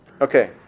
Okay